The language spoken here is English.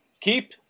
keep